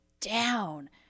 down